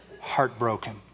heartbroken